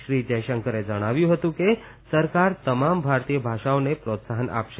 શ્રી જયશંકરે જણાવ્યું હતું કે સરકાર તમામ ભારતીય ભાષાઓને પ્રોત્સાહન આપશે